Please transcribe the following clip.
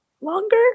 longer